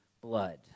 blood